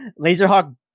Laserhawk